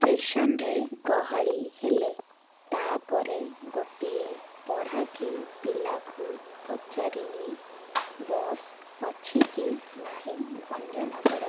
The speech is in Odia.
ଷ୍ଟେସନରେ ଗହଳି ହେଲେ ତା'ପରେ ଗୋଟିଏ ପଢ଼ାକି ପିଲାକୁ ପଚାରିଲି ବସ୍ ଅଛି କି ନାହିଁ ଭଞ୍ଜନଗର